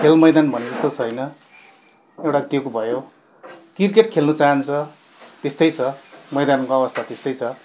खेल मैदान भने जस्तो छैन एउटा त्यो भयो क्रिकेट खेल्नु चाहन्छ त्यस्तै छ मैदानको अवस्था त्यस्तै छ